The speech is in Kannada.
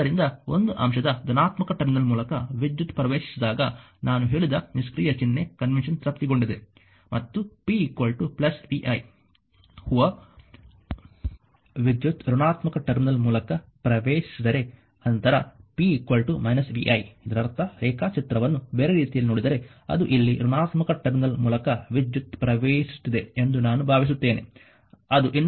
ಆದ್ದರಿಂದ ಒಂದು ಅಂಶದ ಧನಾತ್ಮಕ ಟರ್ಮಿನಲ್ ಮೂಲಕ ವಿದ್ಯುತ್ ಪ್ರವೇಶಿಸಿದಾಗ ನಾನು ಹೇಳಿದ ನಿಷ್ಕ್ರಿಯ ಚಿಹ್ನೆ ಕನ್ವೆನ್ಷನ್ ತೃಪ್ತಿಗೊಂಡಿದೆ ಮತ್ತು p vi ಹೂವರ್ ವಿದ್ಯುತ್ ಋಣಾತ್ಮಕ ಟರ್ಮಿನಲ್ ಮೂಲಕ ಪ್ರವೇಶಿಸಿದರೆ ನಂತರ p −vi ಇದರರ್ಥ ರೇಖಾಚಿತ್ರವನ್ನು ಬೇರೆ ರೀತಿಯಲ್ಲಿ ನೋಡಿದರೆ ಅದು ಇಲ್ಲಿ ಋಣಾತ್ಮಕ ಟರ್ಮಿನಲ್ ಮೂಲಕ ವಿದ್ಯುತ್ ಪ್ರವೇಶಿಸುತ್ತಿದೆ ಎಂದು ನಾನು ಭಾವಿಸುತ್ತೇನೆ